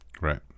right